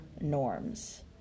norms